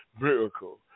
miracle